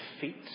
defeat